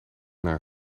maar